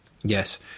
Yes